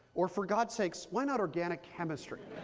or for god sakes, why not organic chemistry?